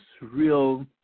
real